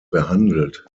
behandelt